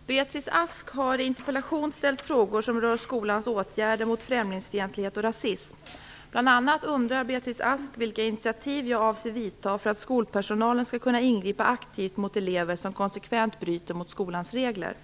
Fru talman! Beatrice Ask har i en interpellation ställt frågor som rör skolans åtgärder mot främlingsfientlighet och rasism. Bl.a. undrar Beatrice Ask vilka initiativ jag avser vidta för att skolpersonalen skall kunna ingripa aktivt mot elever som konsekvent bryter mot skolans regler.